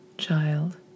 child